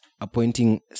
appointing